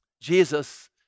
Jesus